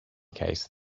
case